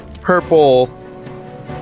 purple